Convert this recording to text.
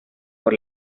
por